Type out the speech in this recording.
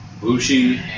Bushi